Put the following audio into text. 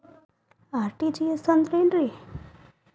RTGS ಅಂದ್ರ ಏನ್ರಿ?